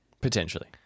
Potentially